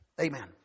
Amen